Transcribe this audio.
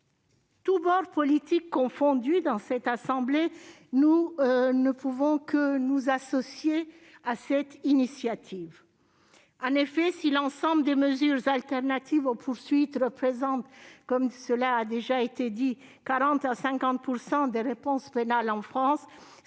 notre bord politique dans cette assemblée, nous ne pouvons que nous associer à cette initiative. En effet, si l'ensemble des mesures alternatives aux poursuites représente 40 % à 50 % des réponses pénales en France,